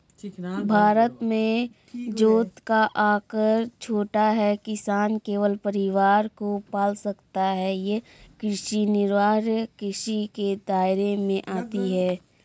भारत में जोत का आकर छोटा है, किसान केवल परिवार को पाल सकता है ये कृषि निर्वाह कृषि के दायरे में आती है